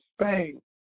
Spain